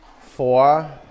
Four